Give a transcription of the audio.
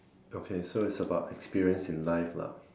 okay so is about experience in life lah